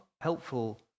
helpful